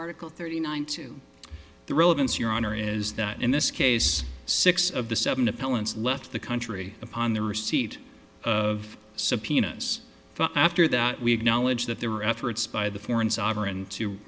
article thirty nine to the relevance your honor is that in this case six of the seven appellants left the country upon the receipt of subpoenas after that we acknowledge that there were efforts by the foreign sovereign to